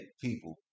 people